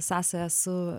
sąsają su